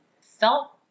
felt